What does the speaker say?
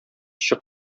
эче